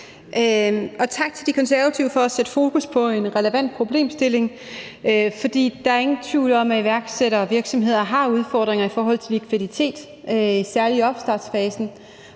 Tak til De Konservative for at sætte fokus på en relevant problemstilling, for der er ingen tvivl om, at iværksættere og virksomheder særligt i opstartsfasen har udfordringer i forhold til likviditet, når de skal betale